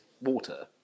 water